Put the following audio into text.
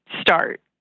start